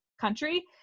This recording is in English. country